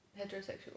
Heterosexual